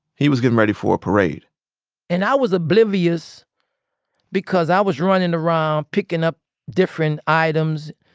he was getting ready for a parade and i was oblivious because i was running around picking up different items.